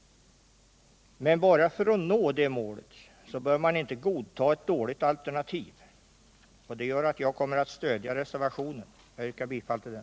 Men bara för att nå det målet bör man inte godta ctt dåligt alternativ. Jag kommer därför att stödja reservationen och yrkar bifall till den.